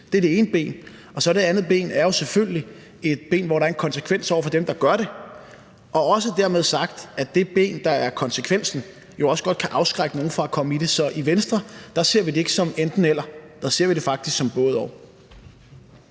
Det er det ene ben. Det andet ben er jo så selvfølgelig et ben, hvor der er en konsekvens over for dem, der gør det, og dermed også sagt, at det ben, der er konsekvensen, jo godt kan afskrække nogle fra at komme ind i det. Så i Venstre ser vi det ikke som et enten-eller, men vi ser det faktisk som et både-og.